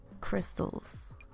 crystals